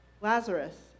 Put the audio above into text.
Lazarus